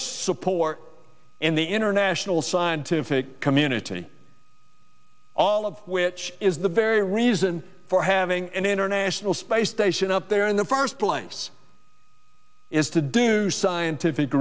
support in the international scientific community all of which is the very reason for having an international space station up there in the first place is to do scientific